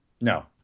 No